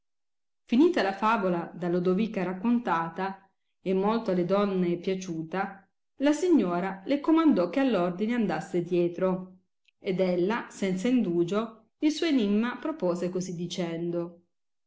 finita la favola da lodovica raccontata e molto alle donne piaciuta la signora le comandò che all'ordine andasse dietro ed ella senza indugio il suo enimma propose così dicendo